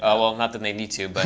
ah well, not than they need to, but